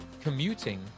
commuting